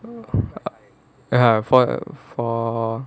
ya for for